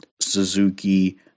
Suzuki